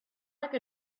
like